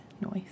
Noise